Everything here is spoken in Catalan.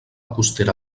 costera